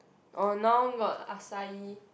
orh now got acai